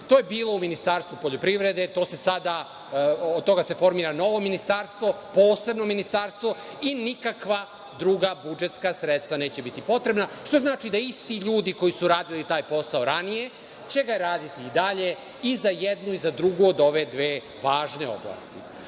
to je bilo u Ministarstvu poljoprivrede, od toga se formira novo ministarstvo, posebno ministarstvo, i nikakva druga budžetska sredstva neće biti potrebna, što znači da isti ljudi koji su radili taj posao ranije, će ga raditi i dalje i za jednu i za drugu od ove dve važne oblasti. Onda